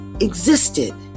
existed